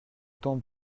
temps